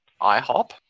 IHOP